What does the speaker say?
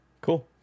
Cool